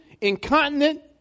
incontinent